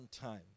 time